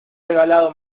regalado